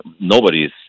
nobody's